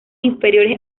inferiores